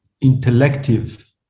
intellective